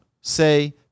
say